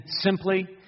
simply